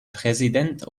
präsident